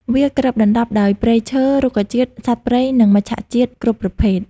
វាគ្របដណ្តប់ដោយព្រៃឈើ រុក្ខជាតិ សត្វព្រៃ និងមច្ឆជាតិគ្រប់ប្រភេទ។